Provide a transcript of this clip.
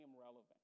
relevant